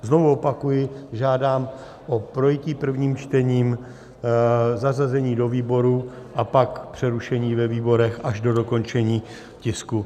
Znovu opakuji, žádám o projití prvním čtením, zařazení do výborů, pak přerušení ve výborech až do dokončení tisku 956.